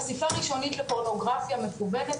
חשיפה ראשונית לפורנוגרפיה מקוונת,